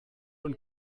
und